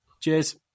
Cheers